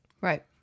Right